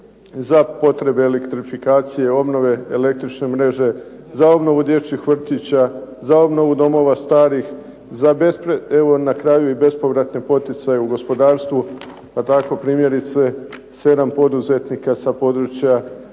za potrebe elektrifikacije, obnove električne mreže, za obnovu dječjih vrtića, za obnovu domova starih, evo na kraju i bespovratne poticaje u gospodarstvu. Pa tako primjerice sedam poduzetnika sa područja